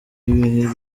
ibiheri